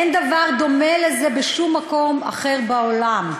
אין דבר דומה לזה בשום מקום אחר בעולם.